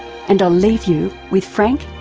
and i'll leave you with frank.